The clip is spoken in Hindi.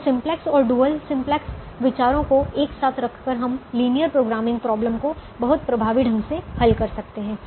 तो सिम्पलेक्स और डुअल सिंप्लेक्स विचारों को एक साथ रख कर हम लिनियर प्रोग्रामिंग प्रोबलम को बहुत प्रभावी ढंग से हल कर सकते हैं